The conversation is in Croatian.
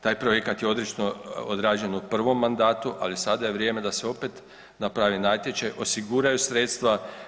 Taj projekat je odlično odrađen u prvom mandatu, ali sada je vrijeme da se opet napravi natječaj, osiguraju sredstva.